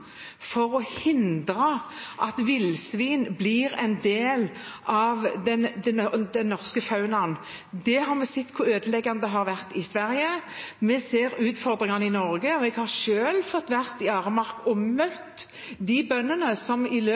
for å hindre at villsvin blir en del av den norske faunaen. Vi har sett hvor ødeleggende det har vært i Sverige, og vi ser utfordringene i Norge. Jeg har selv vært i Aremark og møtt de bøndene som i